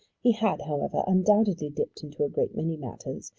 he had, however, undoubtedly dipped into a great many matters,